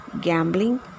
gambling